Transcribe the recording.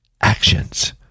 actions